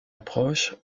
approche